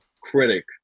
critic